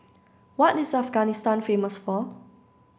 what is Afghanistan famous for